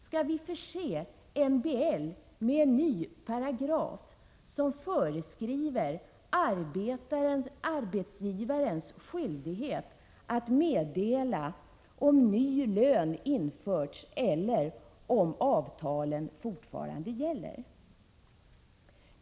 Skall vi förse MBL med en ny paragraf, som föreskriver arbetsgivarens skyldighet att meddela om ny lön införts eller om avtalen fortfarande gäller?